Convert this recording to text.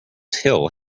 hill